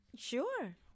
sure